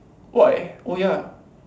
why oh ya